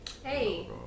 Hey